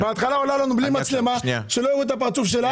בהתחלה עולה בלי מצלמה שלא יראו את הפרצוף שלה,